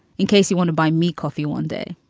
in case you want to buy me coffee one day.